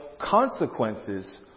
consequences